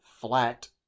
flat